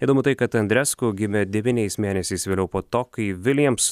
įdomu tai kad andresko gimė devyniais mėnesiais vėliau po to kai viljams